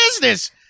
business